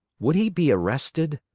would he be arrested?